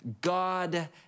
God